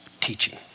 teaching